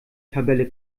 tabelle